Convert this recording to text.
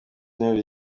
interuro